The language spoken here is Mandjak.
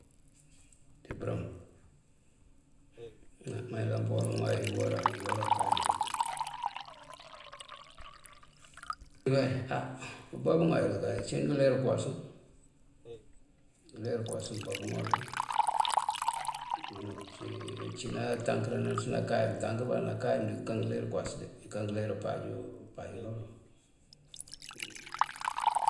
Ţí bërëm manyëlan pëŋooy ngëwoorá ngëwoorá páaj de we. Á pëba bëŋooy akaka cí ngëleer këwasu, ngëleer këwas këbá bëŋooy ucí nátankërën, nákáy, nátankërën bá nákáy mëndi këka ngëleer këwas de ika ngëleer pajë uu pajë ná uloŋ.